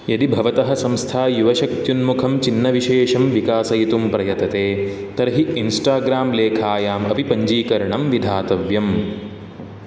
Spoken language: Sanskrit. यदि भवतः संस्था युवशक्त्युन्मुखं चिह्नविशेषं विकासयितुं प्रयतते तर्हि इन्स्टाग्रां लेखायाम् अपि पञ्जीकरणं विधातव्यम्